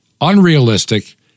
unrealistic